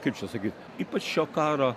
kaip čia sakyt ypač šio karo